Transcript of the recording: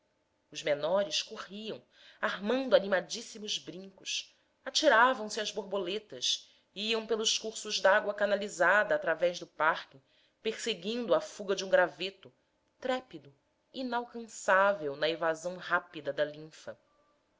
os menores corriam armando animadíssimos brincos atiravam se às borboletas iam pelos cursos dágua canalizada através do parque perseguindo a fuga de um graveto trépido inalcansável na evasão rápida da linfa